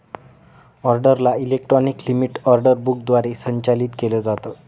ऑर्डरला electronic limit order book द्वारे संचालित केलं जातं